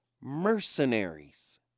mercenaries